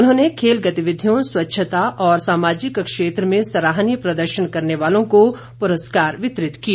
उन्होंने खेल गतिविधियों स्वच्छता और सामाजिक क्षेत्र में सराहनीय प्रदर्शन करने वालों को पुरस्कार वितरित किए